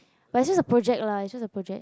but it's just a project lah it's just a project